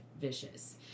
Vicious